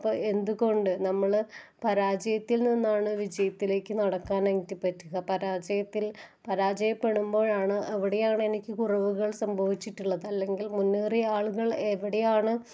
എന്ത്കൊണ്ട് നമ്മള് പരാജയത്തിൽ നിന്നാണ് വിജയത്തിലേക്ക് നടക്കാനായിട്ട് പറ്റുക പരാജയത്തിൽ പരാജപ്പെടുമ്പോഴാണ് അവിടെയാണ് എനിക്ക് കുറവുകൾ സംഭവിച്ചിട്ടുള്ളത് അല്ലെങ്കിൽ മുന്നേറിയ ആളുകൾ എവിടെയാണ്